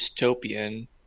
dystopian